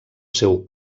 seu